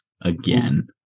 again